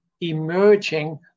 emerging